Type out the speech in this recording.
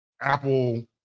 Apple